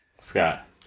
Scott